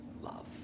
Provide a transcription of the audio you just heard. love